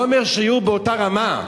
אני לא אומר שיהיו באותה רמה,